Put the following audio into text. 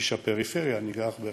איש הפריפריה, אני גר בבאר-שבע,